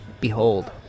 Behold